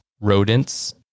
rodents